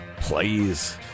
Please